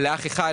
לאח אחד,